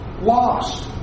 lost